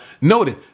Notice